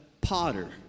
potter